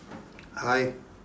hi